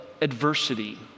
adversity